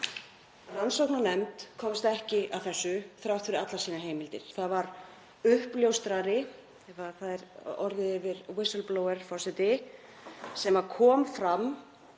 Rannsóknarnefnd komst ekki að þessu þrátt fyrir allar sínar heimildir. Það var uppljóstrari, ef það er orðið yfir „whistle blower“, forseti, sem kom fram